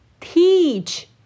Teach